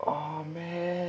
oh man